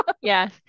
Yes